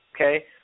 okay